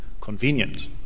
convenient